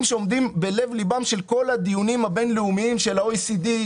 שעומדים בלב ליבם של כל הדיונים הבינלאומיים של ה-OECD,